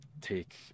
take